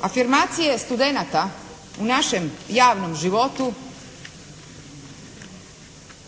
Afirmacije studenata u našem javnom životu